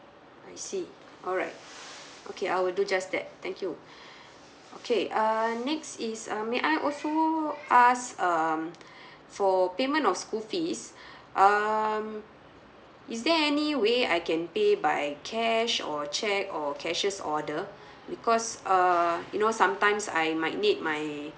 I see alright okay I will do just that thank you okay uh next is uh may I also ask um for payment of school fees um is there any way I can pay by cash or cheque or cashier's order because err you know sometimes I might need my